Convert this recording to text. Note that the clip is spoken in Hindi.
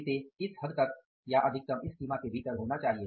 इसे इस हद तक या अधिकतम इस सीमा के भीतर होना चाहिए